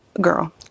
girl